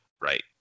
right